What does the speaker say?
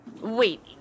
Wait